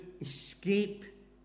escape